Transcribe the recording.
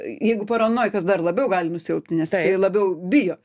jeigu paranojikas dar labiau gali nusilpti nes jisai labiau bijo